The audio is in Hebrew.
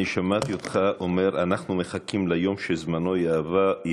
אני שמעתי אותך אומר: אנחנו מחכים ליום שזמנו יעבור.